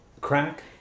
Crack